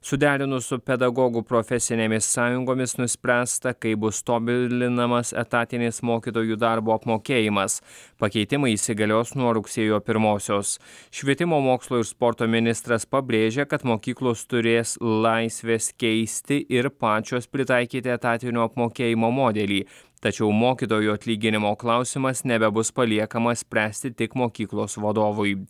suderinus su pedagogų profesinėmis sąjungomis nuspręsta kaip bus tobulinamas etatinis mokytojų darbo apmokėjimas pakeitimai įsigalios nuo rugsėjo pirmosios švietimo mokslo ir sporto ministras pabrėžė kad mokyklos turės laisvės keisti ir pačios pritaikyti etatinio apmokėjimo modelį tačiau mokytojų atlyginimo klausimas nebebus paliekamas spręsti tik mokyklos vadovui